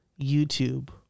YouTube